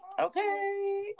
okay